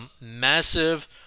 massive